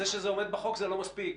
זה שזה עומד בחוק, זה לא מספיק.